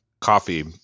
coffee